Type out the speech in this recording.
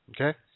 Okay